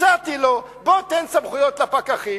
הצעתי לו: בוא תן סמכויות לפקחים,